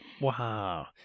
Wow